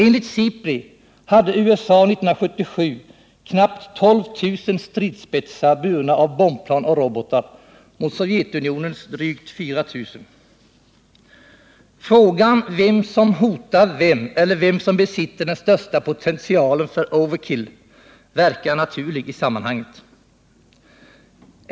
Enligt SIPRI hade USA 1977 knappt 12 000 stridsspetsar burna av bombplan och robotar mot Sovjetunionens drygt 4 000. Frågan om vem som hotar vem, eller vem som besitter den största potentialen för ”overkill” , verkar naturlig i sammanhanget.